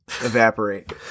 evaporate